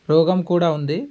రోగం కూడా ఉంది